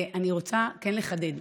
אני רוצה לחדד.